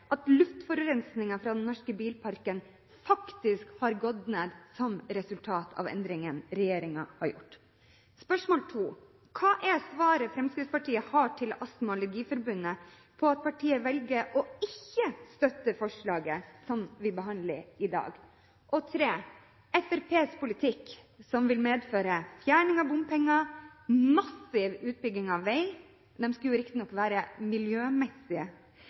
at luftforurensingen fra den norske bilparken faktisk har gått ned som resultat av endringen regjeringen har gjort? Spørsmål to: Hva er svaret Fremskrittspartiet har til Astma- og Allergiforbundet på at partiet velger ikke å støtte forslaget som vi behandler i dag? Og spørsmål tre: Fremskrittspartiets politikk, som vil medføre fjerning av bompenger, massiv utbygging av vei – det skal riktignok være